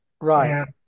Right